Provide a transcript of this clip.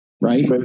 right